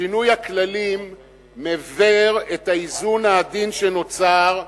שינוי הכללים מפר את האיזון העדין שנוצר,